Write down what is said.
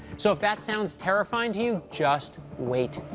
so if that sounds terrifying to you, just wait.